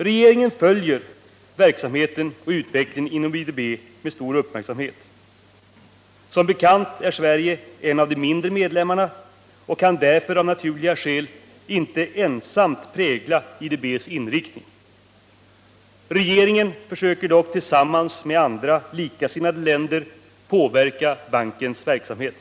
Regeringen följer verksamheten och utvecklingen inom IDB med stor uppmärksamhet. Som bekant är Sverige en av de mindre medlemmarna och kan därför av naturliga skäl inte ensamt prägla IDB:s inriktning. Regeringen försöker dock tillsammans med andra likasinnade länder påverka bankens verksamhet.